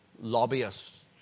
lobbyists